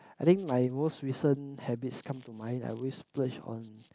I think my worst recent habit come to my like always splurge on